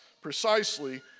precisely